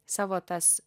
savo tas